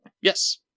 Yes